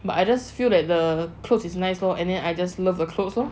but I just feel that the clothes is nice lor and then I just love clothes lor